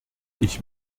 ich